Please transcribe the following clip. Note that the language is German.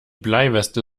bleiweste